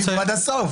תקשיב עד הסוף.